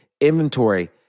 inventory